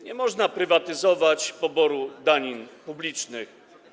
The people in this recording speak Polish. Nie można prywatyzować poboru danin publicznych.